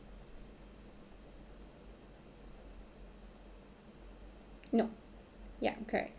nope yup correct